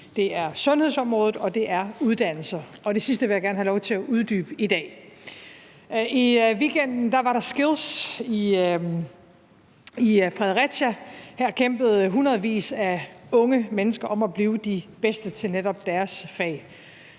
det er sundhedsområdet, og det er uddannelser, og det sidste vil jeg gerne have lov til at uddybe i dag. I weekenden var der DM i skills i Fredericia. Her kæmpede hundredvis af unge mennesker om at blive de bedste til netop deres fag: